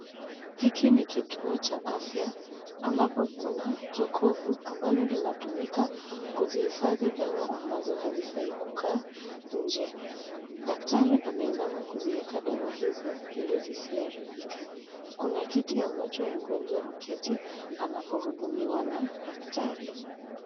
Hiki ni kituo cha afya ambapo kuna jokofu ambalo linatumika kuziifadhi dawa ambazo hazifai kukaa nje. Daktari ameinama kuziweka dawa hizo zisiharibike. Kuna kiti ambacho mgonjwa huketi anapohudumiwa na daktari.